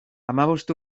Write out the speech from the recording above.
hamabost